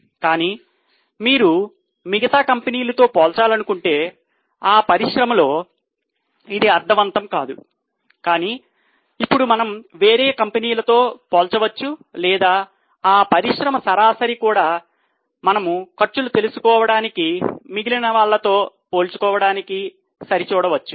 కానీ మీరు మిగతా కంపెనీలతో పోల్చాలనుకుంటే ఆ పరిశ్రమలో ఇది అర్థవంతం కాదు కానీ ఇప్పుడు మనము వేరే కంపెనీలతో పోల్చవచ్చులేదా ఆ పరిశ్రమ సరాసరి కూడా మన ఖర్చులు తెలుసుకోవడానికి మిగిలిన వాళ్ళతో పోల్చుకో వడానికి సరి చూడవచ్చు